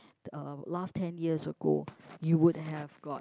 uh last ten years ago you would have got